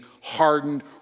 hardened